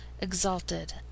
exalted